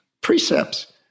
precepts